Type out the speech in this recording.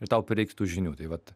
ir tau prireiks tų žinių tai vat